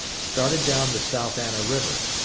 started down the south anna river,